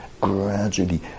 gradually